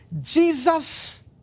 Jesus